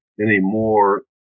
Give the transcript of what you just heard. anymore